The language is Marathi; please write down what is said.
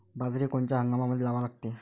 बाजरी कोनच्या हंगामामंदी लावा लागते?